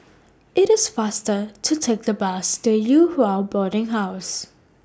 IT IS faster to Take The Bus to Yew Hua Boarding House